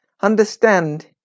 understand